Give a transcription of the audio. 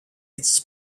its